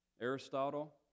Aristotle